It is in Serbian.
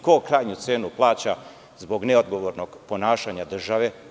Ko krajnju cenu plaća zbog neodgovornog ponašanja države?